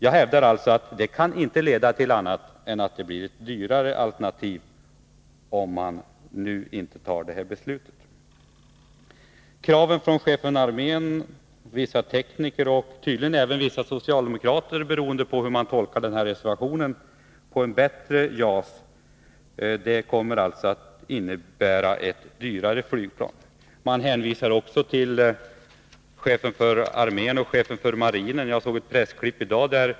Jag hävdar alltså att det inte kan leda till annat än att det blir ett dyrare alternativ om man nu inte tar det här Kraven från chefen för armén, vissa tekniker och tydligen också vissa socialdemokrater — beroende på hur man tolkar den socialdemokratiska reservationen — på ett bättre JAS kommer alltså att innebära ett dyrare flygplan. Man hänvisar också till chefen för armén och chefen för marinen. Jag såg ett pressklipp i dag.